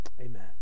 amen